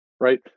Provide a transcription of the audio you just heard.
Right